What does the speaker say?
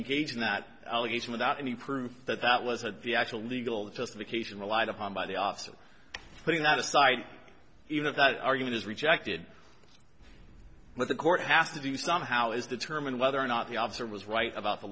engage in that allegation without any proof that that was the actual legal justification relied upon by the officer putting that aside even if that argument is rejected what the court has to do somehow is determine whether or not the officer was right about the